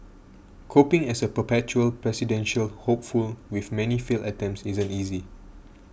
coping as a perpetual presidential hopeful with many failed attempts isn't easy